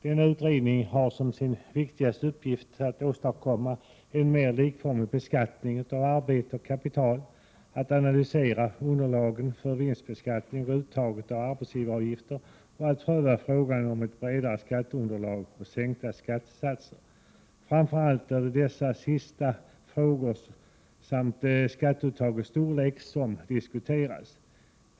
Denna utredning har som sin viktigaste uppgift att åstadkomma en mer likformig beskattning av arbete och kapital, att analysera underlagen för vinstbeskattning och uttaget av arbetsgivaravgifter samt att pröva frågan om ett bredare skatteunderlag och sänkta skattesatser. Framför allt är det de sistnämnda frågorna samt frågan om skatteuttagets storlek som diskuteras.